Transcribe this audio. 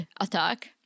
attack